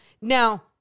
Now